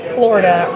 Florida